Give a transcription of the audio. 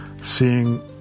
Seeing